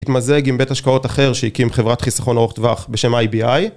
להתמזג עם בית השקעות אחר שהקים חברת חיסכון ארוך טווח בשם איי בי איי